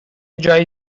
جایی